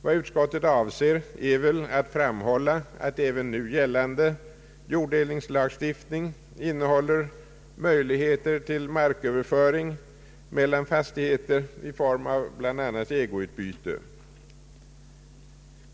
Vad utskottet avser är väl att framhålla, att även nu gällande jorddelningslagstiftning innehåller möjligheter till marköverföring mellan fastigheter i form av bl.a. ägoutbyte.